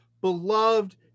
beloved